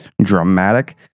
dramatic